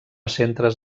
centres